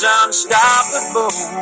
unstoppable